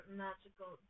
magical